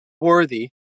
worthy